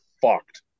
fucked